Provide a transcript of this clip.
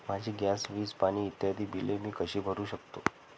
माझी गॅस, वीज, पाणी इत्यादि बिले मी कशी भरु शकतो?